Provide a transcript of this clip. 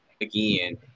again